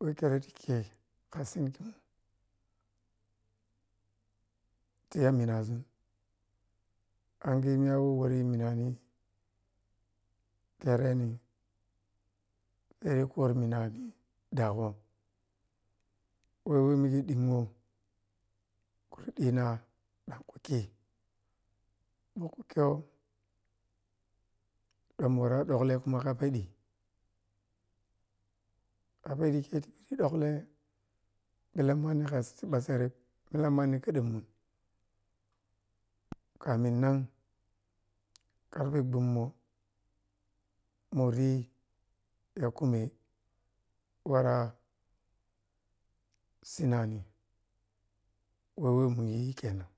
weh khere khi khei tiya minaʒum angiji kyawo ware minani tereni, tereni khori minaji dago weh nighi ɗinwo khu ri ɗina lah khu khei makhu kyo ɗoklo kuma ka peɗi, kha peɗi khei ti dokle melen manni kha siɓɓa serep melem manni khaɗemun kamin nan karfe gwanmo muri ya khume wara sina nih weh weh inuyi khenan.